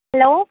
hello